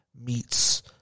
meets